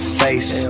face